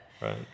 Right